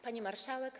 Pani Marszałek!